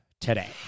today